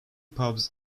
pubs